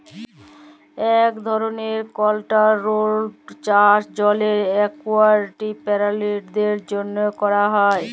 ইক ধরলের কলটোরোলড চাষ জলের একুয়াটিক পেরালিদের জ্যনহে ক্যরা হ্যয়